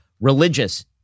religious